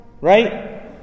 right